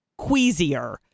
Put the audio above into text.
queasier